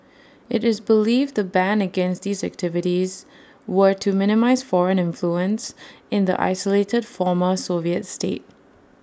IT is believed the ban against these activities were to minimise foreign influence in the isolated former Soviet state